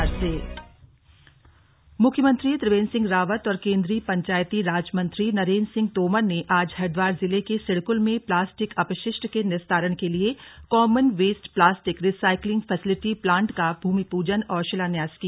recycling facility plant मुख्यमंत्री त्रिवेंद्र सिंह रावत और केन्द्रीय पंचायती राज मंत्री नरेन्द्र सिंह तोमर ने आज हरिद्वार जिले के सिडकुल में प्लास्टिक अपशिष्ट के निस्तारण के लिए common waste plastic recycling facility plant का भूमि पूजन और शिलान्यास किया